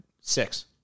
six